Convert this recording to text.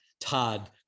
Todd